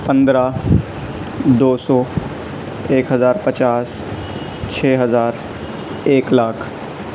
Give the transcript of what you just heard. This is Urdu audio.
پندرہ دو سو ایک ہزار پچاس چھ ہزار ایک لاکھ